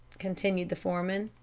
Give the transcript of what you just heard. continued the foreman.